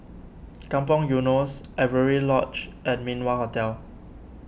Kampong Eunos Avery Lodge and Min Wah Hotel